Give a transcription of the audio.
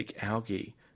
algae